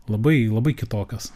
labai labai kitokios